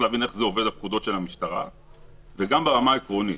ברמה העקרונית,